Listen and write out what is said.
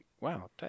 wow